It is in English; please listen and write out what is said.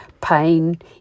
pain